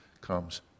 comes